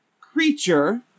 creature